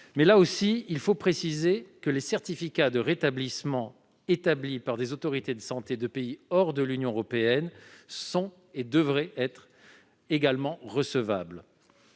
Mais là aussi, il faut préciser clairement que les certificats de rétablissement établis par des autorités de santé de pays situés hors de l'Union européenne sont également recevables.